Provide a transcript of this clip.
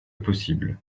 possible